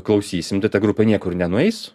klausysim tai ta grupė niekur nenueis